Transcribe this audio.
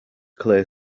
clear